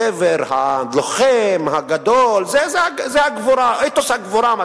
הגבר הלוחם, הגדול, זה אתוס הגבורה.